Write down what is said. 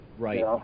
Right